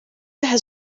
have